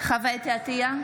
חוה אתי עטייה,